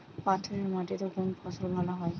পাথরে মাটিতে কোন ফসল ভালো হয়?